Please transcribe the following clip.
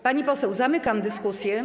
Pani poseł, zamykam dyskusję.